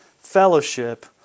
fellowship